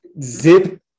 Zip